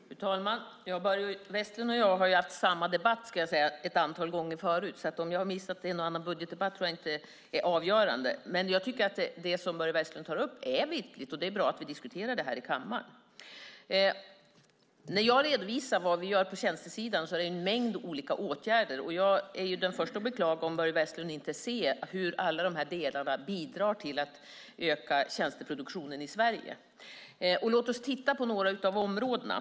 Fru talman! Börje Vestlund och jag har ju haft samma debatt ett antal gånger förut, så det är nog inte så avgörande om jag har missat en eller annan budgetdebatt. Jag tycker att det som Börje Vestlund tar upp är viktigt, och det är bra att vi diskuterar det här i kammaren. När jag redovisar vad vi gör på tjänstesidan är det en mängd olika åtgärder jag talar om. Jag är den första att beklaga om Börje Vestlund inte ser hur alla de här delarna bidrar till att öka tjänsteproduktionen i Sverige. Låt oss titta på några av områdena.